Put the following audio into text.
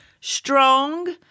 strong